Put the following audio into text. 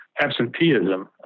Absenteeism